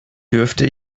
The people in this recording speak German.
dürfte